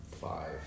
Five